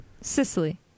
Sicily